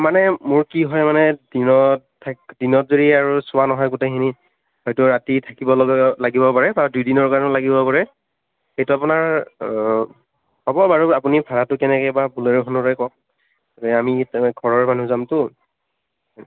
মানে মোৰ কি হয় মানে দিনত দিনত যদি আৰু চোৱা নহয় গোটেইখিনি হয়তো ৰাতি থাকিব লাগিব পাৰে বা দুদিনৰ কাৰণেও লাগিব পাৰে সেইটো আপোনাৰ হ'ব বাৰু আপুনি ভাড়াটো কেনেকৈ বা ব'লেৰোখনৰে কওক আমি ঘৰৰ মানুহ যামতো